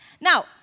Now